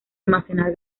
almacenar